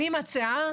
אני מציעה